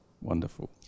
Wonderful